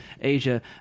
Asia